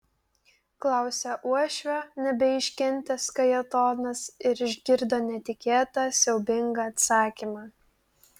klausia uošvio nebeiškentęs kajetonas ir išgirdo netikėtą siaubingą atsakymą